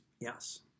Yes